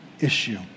issue